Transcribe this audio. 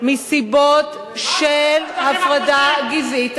מסיבות של הפרדה גזעית.